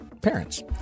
parents